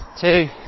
two